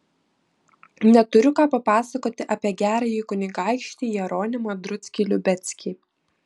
neturiu ką papasakoti apie gerąjį kunigaikštį jeronimą druckį liubeckį